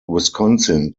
wisconsin